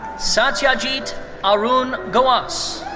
satyajeet arun gawas.